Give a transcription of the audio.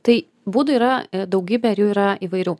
tai būdų yra daugybė ir jų yra įvairių